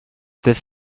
this